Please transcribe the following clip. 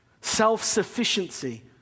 self-sufficiency